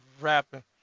rapping